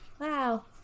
wow